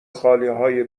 خالیهای